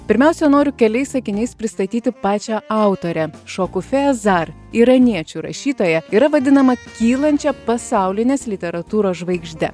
pirmiausia noriu keliais sakiniais pristatyti pačią autorę šokufė azar iraniečių rašytoja yra vadinama kylančia pasaulinės literatūros žvaigžde